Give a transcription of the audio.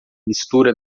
mistura